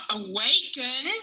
awaken